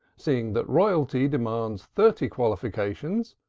seeing that royalty demands thirty qualifications,